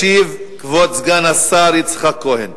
ישיב כבוד סגן השר יצחק כהן.